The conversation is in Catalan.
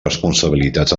responsabilitats